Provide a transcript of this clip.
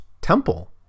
temple